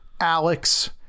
Alex